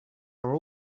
are